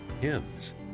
hymns